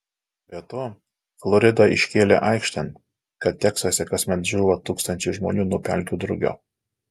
be to florida iškėlė aikštėn kad teksase kasmet žūva tūkstančiai žmonių nuo pelkių drugio